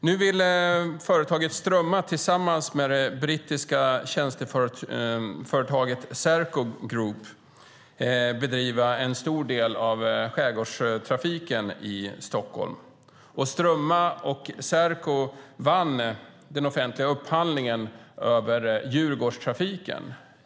Nu vill företaget Strömma tillsammans med det brittiska tjänsteföretaget Serco Group bedriva en stor del av skärgårdstrafiken i Stockholm. Strömma och Serco vann den offentliga upphandlingen av Djurgårdstrafiken.